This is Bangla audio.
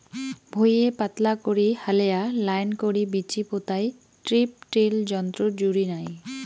ভুঁইয়ে পাতলা করি হালেয়া লাইন করি বীচি পোতাই স্ট্রিপ টিল যন্ত্রর জুড়ি নাই